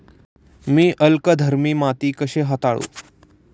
मी अल्कधर्मी माती कशी हाताळू?